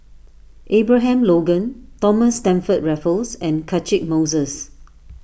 Abraham Logan Thomas Stamford Raffles and Catchick Moses